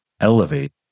elevate